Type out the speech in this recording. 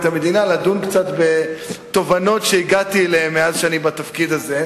המדינה לדון קצת בתובנות שהגעתי אליהן מאז שאני בתפקיד הזה.